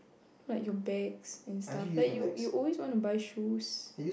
like your bags and stuff like you you always want to buy shoes